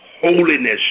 holiness